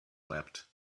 leapt